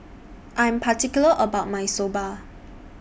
I Am particular about My Soba